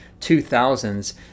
2000s